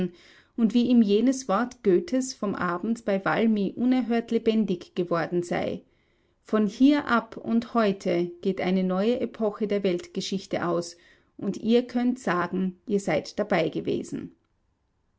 und wie ihm jenes wort goethes vom abend bei valmy unerhört lebendig geworden sei von hier ab und heute geht eine neue epoche der weltgeschichte aus und ihr könnt sagen ihr seid dabei gewesen